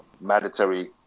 mandatory